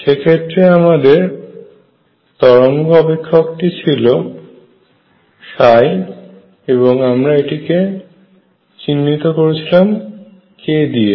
সেক্ষেত্রে আমাদের তরঙ্গ অপেক্ষকটি ছিল এবং আমরা এটিকে চিহ্নিত করেছিলাম k দিয়ে